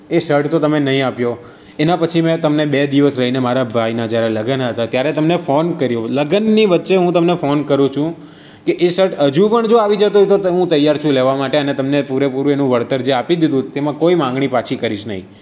એ shirt તો તમે નહીં આપ્યો એના પછી મેં તમને બે દિવસ રહીને મારા ભાઈના જ્યારે લગ્ન હતા ત્યારે તમને ફોન કર્યો લગ્નની વચ્ચે હું તમને ફોન કરું છું કે એ શર્ટ હજુ પણ જો આવી જતો હોય તો તો હું તૈયાર છું લેવા માટે અને તમને પૂરેપૂરું એનું જે વળતર જે આપી દીધું તેમાં કોઈ માંગણી પાછી કરીશ નહીં